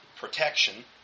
protection